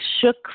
shook